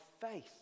faith